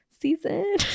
season